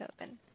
open